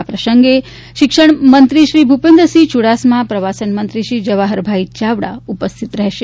આ પ્રસંગે શિક્ષણમંત્રી શ્રી ભુપેન્દ્રસિંહ ચુડાસમા પ્રવાસન મંત્રી શ્રી જવાહરભાઇ ચાવડા ઉપસ્થિત રહેશે